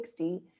60